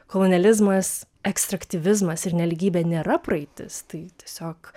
kolonializmas ekstraktyvizmas ir nelygybė nėra praeitis tai tiesiog